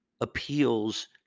appeals